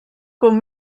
com